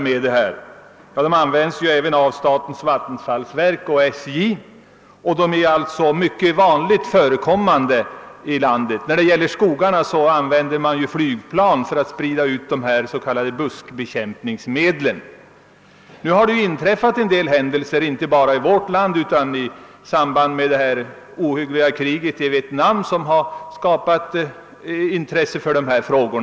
Medlen används även av statens vattenfallsverk och av SJ och utnyttjas alltså mycket allmänt i vårt land. För besprutningen av skogar med dessa buskbekämpningsmedel används ibland flygplan. Det har inträffat en del händelser inte bara i vårt land utan även i samband med det ohyggliga kriget i Vietnam, vilka väckt uppmärksamhet kring dessa frågor.